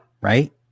right